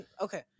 Okay